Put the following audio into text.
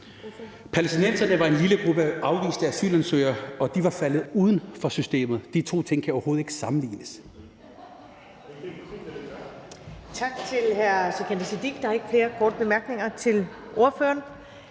Palæstinenserne var en lille gruppe afviste asylansøgere, og de var faldet uden for systemet. De to ting kan overhovedet ikke sammenlignes.